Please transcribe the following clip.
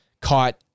caught